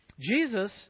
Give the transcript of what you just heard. Jesus